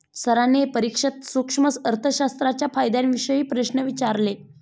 सरांनी परीक्षेत सूक्ष्म अर्थशास्त्राच्या फायद्यांविषयी प्रश्न विचारले